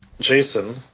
Jason